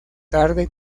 tarde